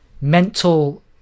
mental